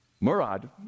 Murad